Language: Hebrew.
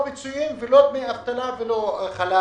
לא נותנים להם פיצויים, לא דמי אבטלה ולא חל"ת.